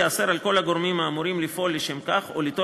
ייאסר על כל הגורמים האמורים לפעול לשם כך או ליטול